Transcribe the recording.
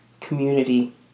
community